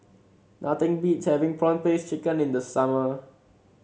nothing beats having prawn paste chicken in the summer